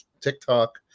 tiktok